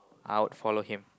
I would follow him